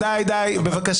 --- חברים, די, בבקשה.